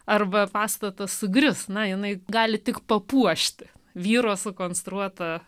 arba pastatas sugrius na jinai gali tik papuošti vyro sukonstruotą